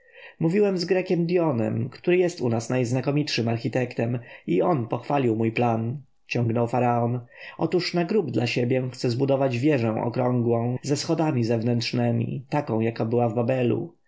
mówiłem z grekiem dionem który jest u nas najznakomitszym architektem i on pochwalił mój plan ciągnął faraon otóż na grób dla siebie chcę zbudować wieżę okrągłą ze schodami zewnętrznemi taką jak była w babelu